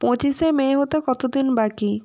পঁচিশে মে হতে কত দিন বাকি